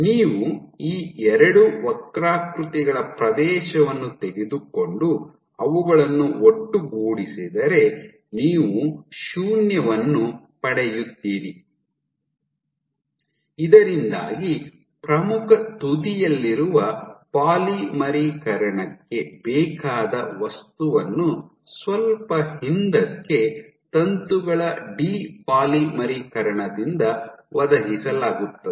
ನೀವು ಈ ಎರಡು ವಕ್ರಾಕೃತಿಗಳ ಪ್ರದೇಶವನ್ನು ತೆಗೆದುಕೊಂಡು ಅವುಗಳನ್ನು ಒಟ್ಟುಗೂಡಿಸಿದರೆ ನೀವು ಶೂನ್ಯವನ್ನು ಪಡೆಯುತ್ತೀರಿ ಇದರಿಂದಾಗಿ ಪ್ರಮುಖ ತುದಿಯಲ್ಲಿರುವ ಪಾಲಿಮರೀಕರಣಕ್ಕೆ ಬೇಕಾದ ವಸ್ತುವನ್ನು ಸ್ವಲ್ಪ ಹಿಂದಕ್ಕೆ ತಂತುಗಳ ಡಿ ಪಾಲಿಮರೀಕರಣದಿಂದ ಒದಗಿಸಲಾಗುತ್ತದೆ